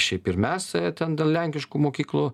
šiaip ir mes ten dėl lenkiškų mokyklų